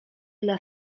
dla